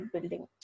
building